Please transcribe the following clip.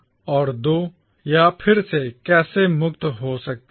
और 2 यह फिर से कैसे मुक्त हो सकता है